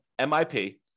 MIP